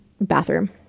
bathroom